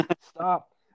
stop